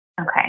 Okay